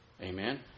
Amen